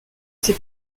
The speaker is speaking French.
ces